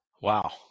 Wow